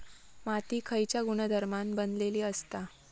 माती खयच्या गुणधर्मान बनलेली असता?